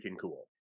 cool